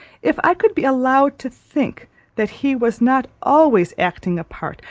if i could be allowed to think that he was not always acting a part,